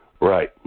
Right